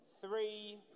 Three